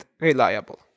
reliable